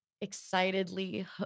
excitedly